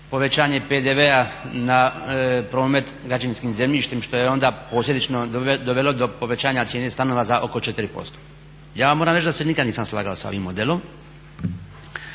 povećanje PDV-a na promet građevinskim zemljištem što je onda posljedično dovelo do povećanja cijene stanova za oko 4%. Ja vam moram reći da se nikad nisam slagao sa ovim modelom.